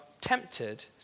tempted